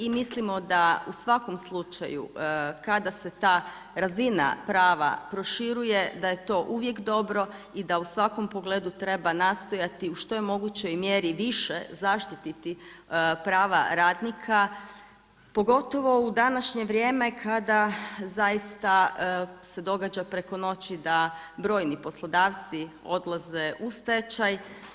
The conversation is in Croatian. I mislimo da u svakom slučaju kada se ta razina prava proširuje da je to uvijek dobro i da u svakom pogledu treba nastojati u što je mogućoj mjeri više zaštiti prava radnika, pogotovo u današnje vrijeme kada zaista se događa preko noći da brojni poslodavci odlaze u stečaj.